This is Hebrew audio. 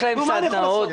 נו, מה אני יכול לעשות?